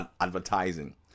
advertising